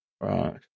right